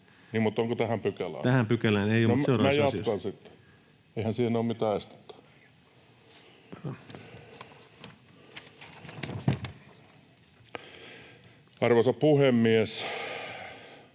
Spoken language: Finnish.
onko tähän pykälään? No, minä jatkan sitten. Eihän siinä ole mitään estettä. Arvoisa puhemies!